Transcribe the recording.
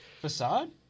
Facade